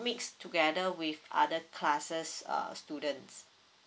mixed together with other classes err students